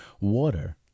Water